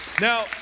now